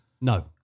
No